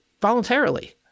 voluntarily